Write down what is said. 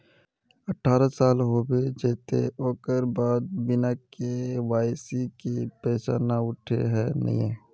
अठारह साल होबे जयते ओकर बाद बिना के.वाई.सी के पैसा न उठे है नय?